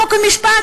חוק ומשפט,